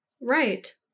Right